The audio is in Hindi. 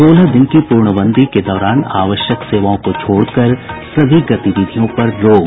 सोलह दिन की पूर्णबंदी के दौरान आवश्यक सेवाओं को छोड़कर सभी गतिविधियों पर रोक